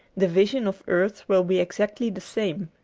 the vision of earth will be exactly the same.